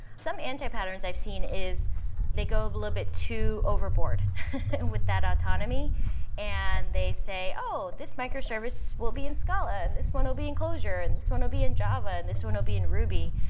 some anti patterns i've seen is they go a little bit too overboard with that autonomy and they say, oh, this microservices will be in scala, and this one will be in closure, and this one will be in java, and this one will be in ruby.